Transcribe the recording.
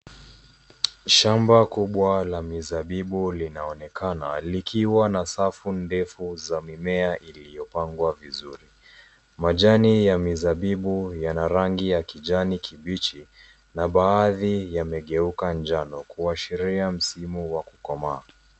Shamba kubwa la mizabibu linaonekana likiwa na safu ndefu ya mimea iliyopangwa vizuri. Majani ya mizabibu yana rangi ya kijani kibichi na baadhi yamegeuka njano kuashiria msimu wa kukomaa.